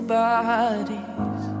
bodies